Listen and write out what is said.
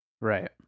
Right